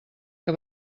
que